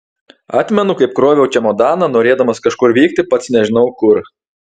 atmenu kaip kroviau čemodaną norėdamas kažkur vykti pats nežinau kur